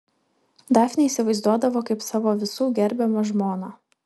dafnę įsivaizduodavo kaip savo visų gerbiamą žmoną